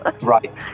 Right